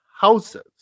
houses